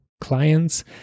clients